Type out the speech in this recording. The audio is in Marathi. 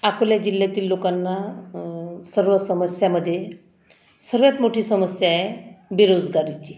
अकोला जिल्ह्यातील लोकांना सर्व समस्यांमध्ये सर्वात मोठी समस्या आहे बेरोजगारीची